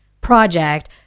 project